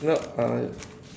you know uh